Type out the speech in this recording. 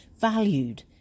valued